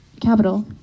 capital